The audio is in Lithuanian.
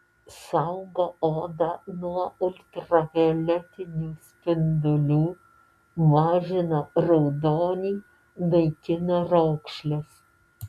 saugo odą nuo ultravioletinių spindulių mažina raudonį naikina raukšles